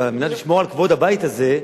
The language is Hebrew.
ועל מנת לשמור על כבוד הבית הזה,